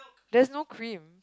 there's no cream